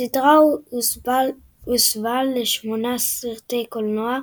הסדרה הוסבה לשמונה סרטי קולנוע,